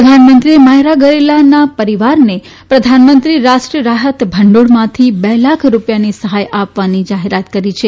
પ્રધાનમંત્રીએ માર્યા ગયેલાના પરીવારને પ્રધાનમંત્રી રાષ્ટ્રીય રાહત ભંડોળમાંથી બેલાખ રૂપિયાની સહાય આપવાની જાહેરાત કરી છે